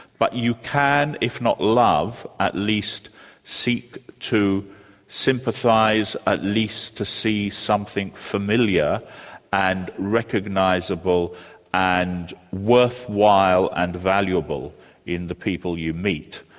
but you can, if not love, at least seek to sympathise, at least to see something familiar and recognisable and worthwhile and valuable in the people you meet.